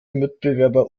mitbewerber